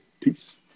Peace